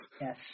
yes